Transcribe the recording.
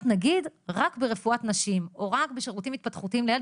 נגיד רק ברפואת נשים או רק בשירותים התפתחותיים לילד,